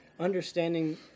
understanding